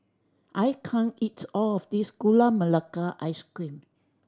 I can't eat all of this Gula Melaka Ice Cream